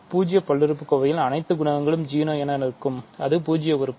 பூஜ்ஜிய பல்லுறுப்புக்கோவையில் அனைத்து குணகங்களும் 0 என இருக்கும் அது பூஜ்ஜிய உறுப்பு